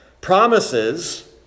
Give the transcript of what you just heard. Promises